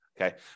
Okay